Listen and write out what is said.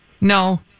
No